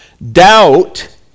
Doubt